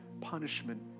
punishment